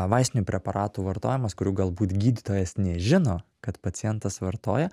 vaistinių preparatų vartojimas kurių galbūt gydytojas nežino kad pacientas vartoja